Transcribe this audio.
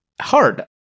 hard